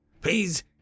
Please